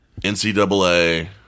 NCAA